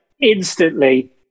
instantly